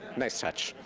nice touch.